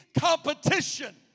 competition